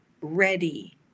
ready